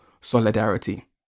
solidarity